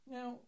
Now